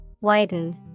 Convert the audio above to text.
Widen